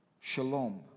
shalom